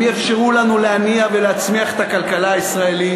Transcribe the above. הם יאפשרו לנו להניע ולהצמיח את הכלכלה הישראלית